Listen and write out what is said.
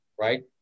right